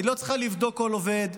היא לא צריכה לבדוק כל עובד,